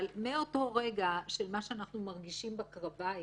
אבל מאותו רגע של מה שאנחנו מרגישים בקרביים